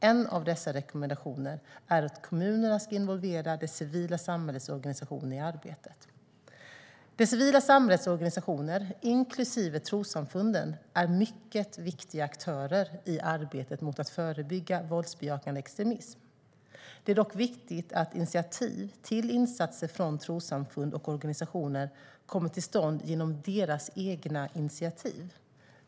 En av dessa rekommendationer är att kommunerna ska involvera det civila samhällets organisationer i arbetet. Det civila samhällets organisationer inklusive trossamfunden är mycket viktiga aktörer i arbetet med att förebygga våldsbejakande extremism. Det är dock viktigt att insatser från trossamfund och organisationer kommer till stånd genom deras eget initiativ.